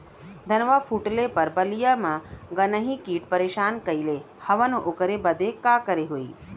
धनवा फूटले पर बलिया में गान्ही कीट परेशान कइले हवन ओकरे बदे का करे होई?